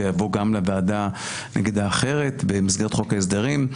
ויבוא גם לוועדה נגד האחרת במסגרת חוק ההסדרים,